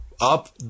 up